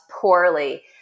poorly